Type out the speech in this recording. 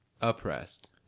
oppressed